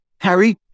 Harry